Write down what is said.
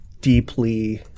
deeply